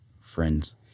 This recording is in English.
friends